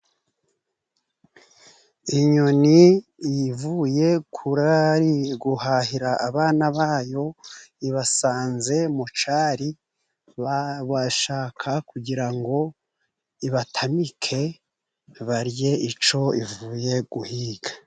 Inyoni ivuye guhahira abana bayo. Ibasanze mucyari bashaka kugira ngo ibatamike barye icyo ivuye guhiga.